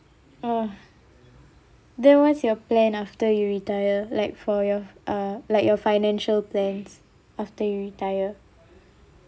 oh then what's your plan after you retire like for your uh like your financial plans after you retire